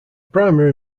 primary